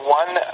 one